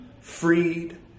freed